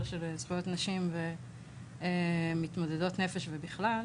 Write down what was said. של זכויות נשים ומתמודדות נפש ובכלל.